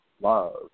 love